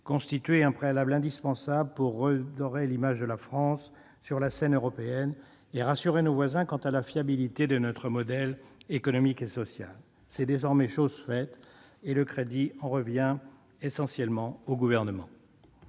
constituait un préalable indispensable pour redorer l'image de la France sur la scène européenne et rassurer nos voisins quant à la fiabilité de notre modèle économique et social. C'est désormais chose faite, et le crédit en revient essentiellement au Gouvernement.